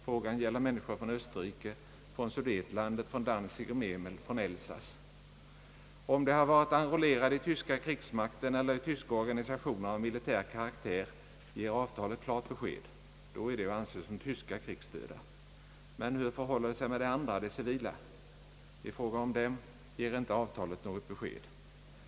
Frågan gäller människor från Österrike, från Sudetlandet, från Danzig och Memel, från Elsass. Om de har varit enrollerade i tyska krigsmakten eller i tyska organisationer av militär karaktär ger avtalet klart besked: då är de att anse som tyska krigsdöda. Men hur förhåller det sig med de andra, de civila? I fråga om dem ger inte avtalet något besked.